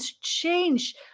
change